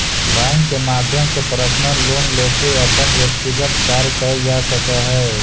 bank के माध्यम से पर्सनल लोन लेके अपन व्यक्तिगत कार्य कैल जा सकऽ हइ